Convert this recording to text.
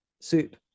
soup